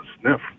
sniff